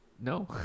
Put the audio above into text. no